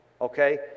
okay